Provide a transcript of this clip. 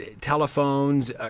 telephones